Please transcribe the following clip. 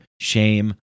shame